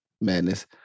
madness